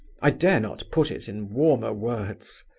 i dare not put it in warmer words.